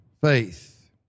faith